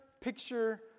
picture